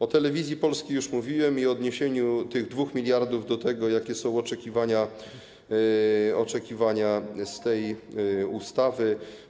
O Telewizji Polskiej już mówiłem i odniesieniu tych 2 mld do tego, jakie są oczekiwania wynikające z tej ustawy.